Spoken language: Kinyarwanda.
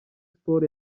sports